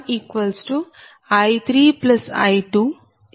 దాని అర్థంI1I3I2I3I4IL9